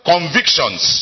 convictions